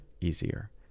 easier